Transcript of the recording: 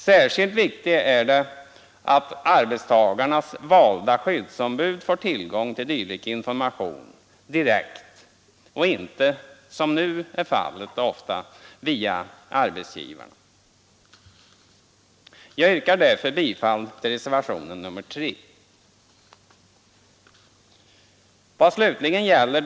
Särskilt viktigt är det att arbetstagarnas valda fritidsombud får tillgång till dylik information direkt och inte, som nu oftast är fallet, via sina arbetsgivare. Jag yrkar därför bifall till reservationen 3.